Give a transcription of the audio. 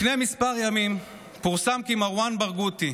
לפני כמה ימים פורסם כי מרואן ברגותי,